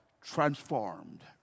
transformed